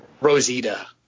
Rosita